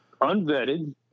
unvetted